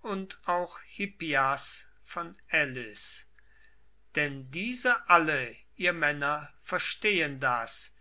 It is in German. und auch hippias von elis denn diese alle ihr männer verstehen das